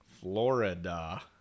Florida